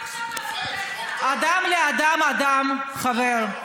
פשוט: אדם לאדם אדם, חבר.